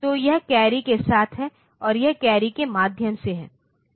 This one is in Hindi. तो यह कैरी के साथ है और यह कैरी के माध्यम से है